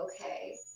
okay